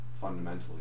fundamentally